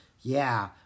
Yeah